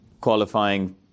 qualifying